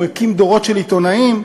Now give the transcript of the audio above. הוא הקים דורות של עיתונאים.